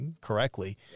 correctly